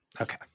Okay